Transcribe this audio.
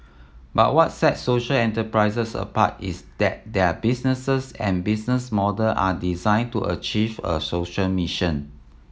but what sets social enterprises apart is that their businesses and business model are designed to achieve a social mission